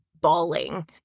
bawling